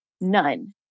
none